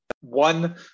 one